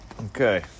Okay